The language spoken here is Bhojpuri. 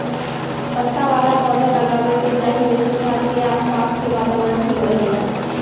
पत्ता वाला पौधा लगावे के चाही एसे घर के आस पास के वातावरण ठीक रहेला